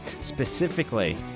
Specifically